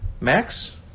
max